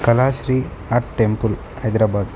Kalashri art temple Hyderabad